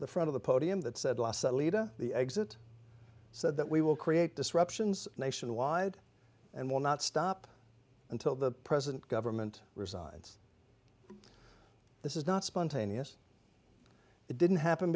the front of the podium that said last leda the exit said that we will create disruptions nationwide and will not stop until the present government resigns this is not spontaneous it didn't happen